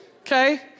okay